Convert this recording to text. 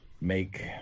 make